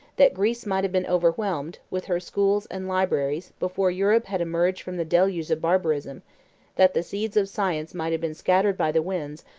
that greece might have been overwhelmed, with her schools and libraries, before europe had emerged from the deluge of barbarism that the seeds of science might have been scattered by the winds,